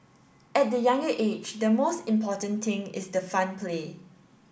at the younger age the most important thing is the fun play